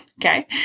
Okay